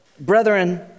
Brethren